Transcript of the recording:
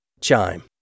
Chime